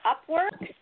Upwork